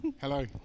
Hello